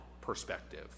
perspective